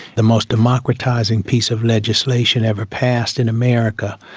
the most democratising piece of legislation ever passed in america.